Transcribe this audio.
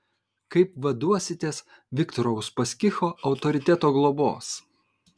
kaip vaduositės viktoro uspaskicho autoriteto globos